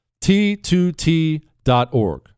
t2t.org